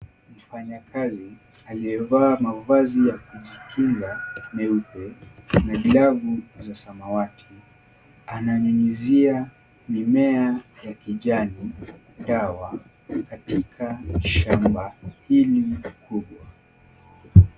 Mfanya kazi aliyevaa mavazi ya kujikinga meupe na glavu za samawati, ananyunyuzia mimea ya kijani dawa katika shamba hili kubwa.